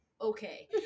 okay